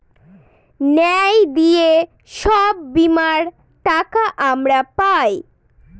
ন্যায় দিয়ে সব বীমার টাকা আমরা পায়